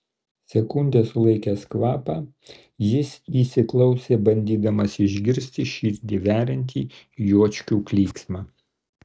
sekundę sulaikęs kvapą jis įsiklausė bandydamas išgirsti širdį veriantį juočkių klyksmą